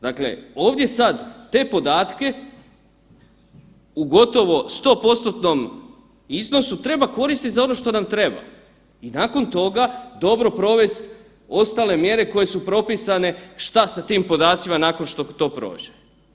Dakle, ovdje sad te podatke u gotovo 100%-tnom iznosu treba koristit za ono šta nam treba i nakon toga dobro provest ostale mjere koje su propisane šta sa tim podacima nakon što to prođe.